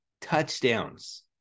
touchdowns